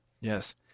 Yes